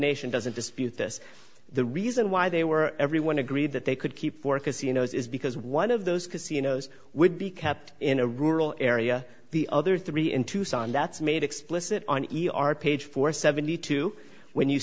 nation doesn't dispute this the reason why they were everyone agreed that they could keep work as you know is because one of those casinos would be kept in a rural area the other three in tucson that's made explicit on e r page for seventy two when you